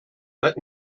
let